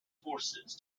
forces